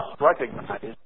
recognize